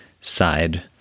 side